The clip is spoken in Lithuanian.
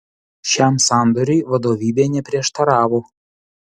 šiam sandoriui vadovybė neprieštaravo